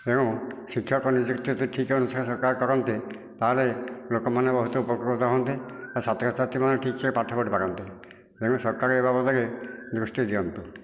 ତେଣୁ ଶିକ୍ଷକ ନିଯୁକ୍ତି ଯଦି ଠିକ ଅନୁସାରେ ସରକାର କରନ୍ତେ ତାହେଲେ ଲୋକମାନେ ବହୁତ ଉପକୃତ ହୁଅନ୍ତେ ଛାତ୍ରଛାତ୍ରୀମାନେ ଠିକସେ ପାଠ ପଢ଼ି ପାରନ୍ତେ ତେଣୁ ସରକାର ଏ ବାବଦରେ ଦୃଷ୍ଟି ଦିଅନ୍ତୁ